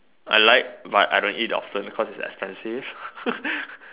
I like but I don't eat often because it's expensive